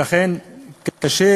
ולכן קשה,